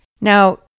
Now